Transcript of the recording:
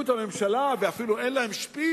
מקיר לקיר.